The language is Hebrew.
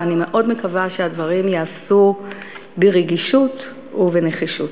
ואני מאוד מקווה שהדברים ייעשו ברגישות ובנחישות.